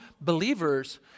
believers